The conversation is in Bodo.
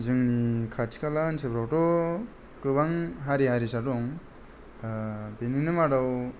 जोंनि खाथि खाला ओनसोलावथ' गोबां हारि हारिसा दं बेनिनो मादाव